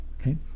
okay